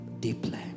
Deeply